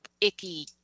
icky